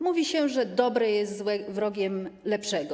Mówi się, że dobre jest wrogiem lepszego.